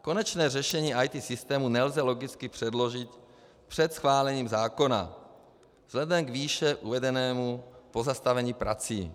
Konečné řešení IT systémů nelze logicky předložit před schválením zákona vzhledem k výše uvedenému pozastavení prací.